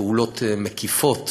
פעולות מקיפות